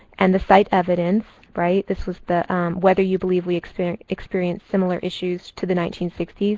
and the cite evidence. right? this was the whether you believe we experienced experienced similar issues to the nineteen sixty s.